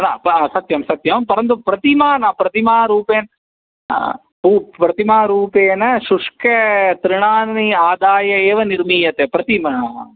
सत्यं सत्यं परन्तु प्रतिमा न प्रतिमारूपेण ऊ प्रतिमारूपेण शुष्कातृणानि आदाय एव निर्मीयते प्रतिमा